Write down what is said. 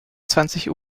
zwanzig